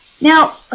Now